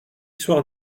soir